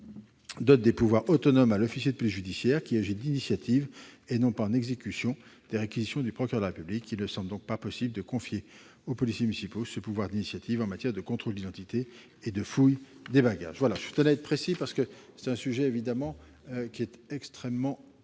donnent des pouvoirs autonomes à l'officier de police judiciaire qui agit d'initiative, et non pas en exécution de réquisitions du procureur de la République. Il ne semble pas possible de confier à des policiers municipaux un pouvoir d'initiative en matière de contrôles d'identité ou de fouille de bagages. Je tenais à être précis sur ce sujet extrêmement important.